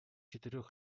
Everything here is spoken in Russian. четырех